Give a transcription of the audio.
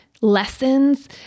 lessons